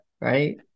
right